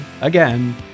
again